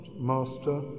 Master